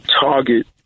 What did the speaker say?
target